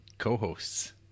co-hosts